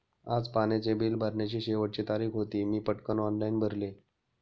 आज पाण्याचे बिल भरण्याची शेवटची तारीख होती, मी पटकन ऑनलाइन भरले